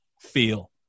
feel